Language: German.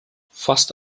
fast